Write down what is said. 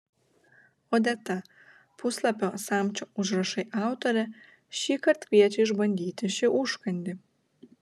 odeta puslapio samčio užrašai autorė šįkart kviečia išbandyti šį užkandį